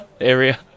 area